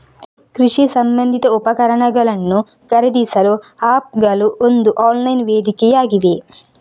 ಕೃಷಿ ಸಂಬಂಧಿತ ಉಪಕರಣಗಳನ್ನು ಖರೀದಿಸಲು ಆಪ್ ಗಳು ಒಂದು ಆನ್ಲೈನ್ ವೇದಿಕೆಯಾಗಿವೆ